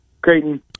Creighton